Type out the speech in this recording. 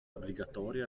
obbligatoria